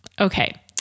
Okay